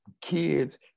Kids